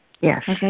Yes